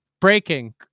Breaking